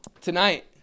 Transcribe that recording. tonight